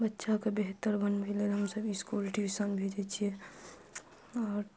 बच्चाके बेहतर बनबै लेल हमसब इसकुल ट्यूशन भेजै छियै आओर